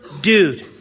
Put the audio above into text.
dude